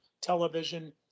television